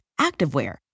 activewear